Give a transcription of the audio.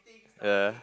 yeah